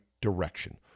direction